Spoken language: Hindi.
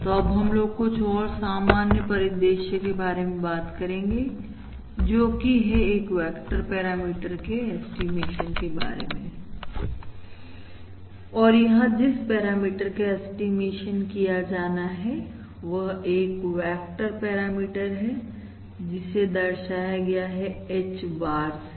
तो अब हम लोग कुछ और सामान्य परिदृश्य के बारे में बात करेंगे जोकि है एक वेक्टर पैरामीटर के ऐस्टीमेशन के बारे में और यहां जिस पैरामीटर का ऐस्टीमेशन किया जाने वाला है वह एक वेक्टर पैरामीटर है जिसे दर्शाया गया है H bar से